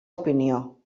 opinió